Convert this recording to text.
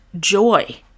joy